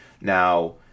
Now